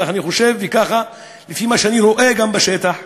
כך אני חושב וכך לפי מה שאני רואה גם בשטח,